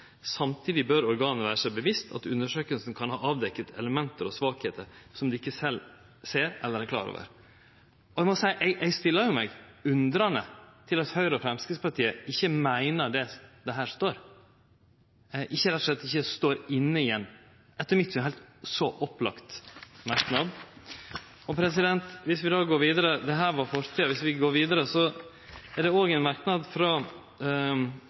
kan ha avdekket elementer og svakheter som de ikke selv ser eller er klar over.» Eg må seie at eg stiller med undrande til at Høgre og Framstegspartiet ikkje meiner det som her står, og rett og slett ikkje er med på ein etter mitt syn heilt opplagt merknad. Dette var fortida, og viss vi går vidare, er det òg ein merknad frå Arbeidarpartiet, Kristeleg Folkeparti, Senterpartiet, Venstre, SV og